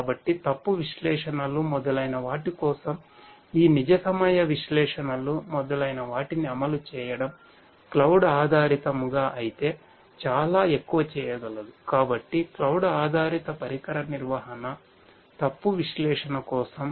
కాబట్టి తప్పు విశ్లేషణలు మొదలైన వాటి కోసం ఈ నిజ సమయ విశ్లేషణలు మొదలైన వాటిని అమలు చేయడం క్లౌడ్ ఆధారిత పరికర నిర్వహణ తప్పు విశ్లేషణ కోసం